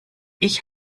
ich